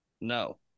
No